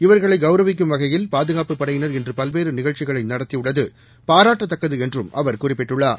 இவர்களை கௌரவிக்கும் வகையில் பாதுகாப்புப் படையினர் இன்று பல்வேறு நிகழ்ச்சிகளை நடத்தியுள்ளது பாராட்டத்தக்கது என்றும் அவர் குறிப்பிட்டுள்ளார்